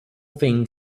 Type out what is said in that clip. thing